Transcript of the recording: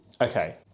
Okay